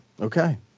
Okay